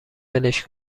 ولش